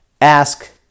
ask